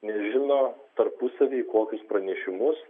nežino tarpusavyje kokius pranešimus